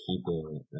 keeping